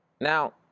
Now